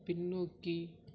பின்னோக்கி